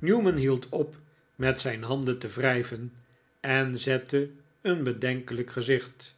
newman hield op niet zijn handen te wrijven en zette een bedenkelijk gezicht